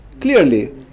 clearly